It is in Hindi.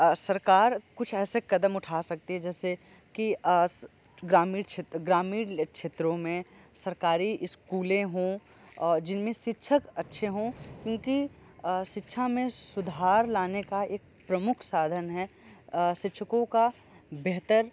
सरकार कुछ ऐसे कदम उठा सकती है जैसे कि ग्रामीण ग्रामीण क्षेत्रों में सरकारी स्कूलें हों और जिनमें शिक्षक अच्छे हों क्योंकि शिक्षा में सुधार लाने का एक प्रमुख साधन है शिक्षकों का बेहतर